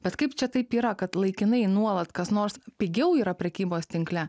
bet kaip čia taip yra kad laikinai nuolat kas nors pigiau yra prekybos tinkle